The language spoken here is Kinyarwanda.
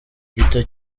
gito